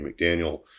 McDaniel